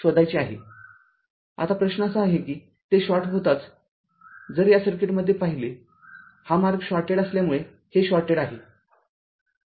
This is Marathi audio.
आता प्रश्न असा आहे की ते शॉर्ट होताच जर या सर्किटमध्ये पाहिले हा मार्ग शॉर्टेड असल्यामुळे हे शॉर्टेड आहे